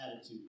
attitude